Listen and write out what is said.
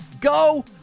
Go